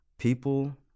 People